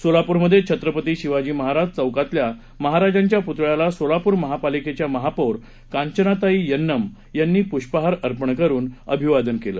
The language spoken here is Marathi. सोलापूरमध छेत्रपती शिवाजी महाराज चौकातल्या महाराजांच्या पुतळ्याला सोलापूर महापालिकेच्या महापौर कांचनाताई यन्नम यांनी पुष्पहार अर्पण करून अभिवादन केलं